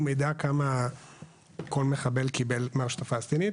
מידע כמה כל מחבל קיבל מהרשות הפלסטינית,